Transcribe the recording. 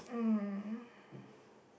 mm